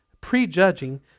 prejudging